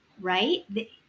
right